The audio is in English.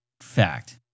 fact